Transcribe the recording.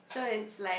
so it's like